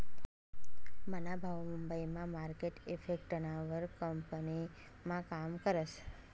मना भाऊ मुंबई मा मार्केट इफेक्टना वर कंपनीमा काम करस